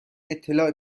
اطلاع